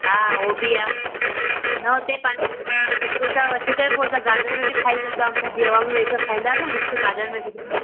हा हो बि आ न उते पानी उतां वठी करे पो असां गार्डन में बि खाई सघदा आयूं खुली हवा में वही करे खाईदासि मस्त गार्डन में